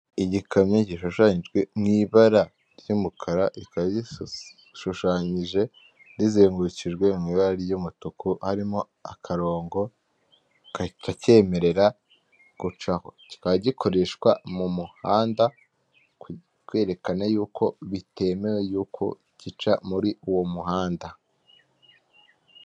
Igikamyo gishushanyijwe mu ibara ry'umukara, ikaba ishushanyije izengurukijwe n'ibara ry'umutuku harimo akarongo katacyemerera gucaho. Kika gikoreshwa mu muhanda kerekana yuko bitemewe guca muri uwo muhanda.